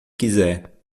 quiser